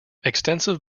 extensive